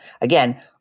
again